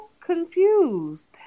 confused